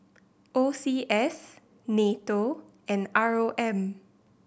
O C S NATO and R O M